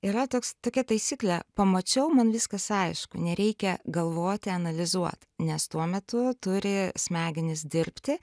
yra toks tokia taisyklė pamačiau man viskas aišku nereikia galvoti analizuot nes tuo metu turi smegenys dirbti